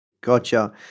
Gotcha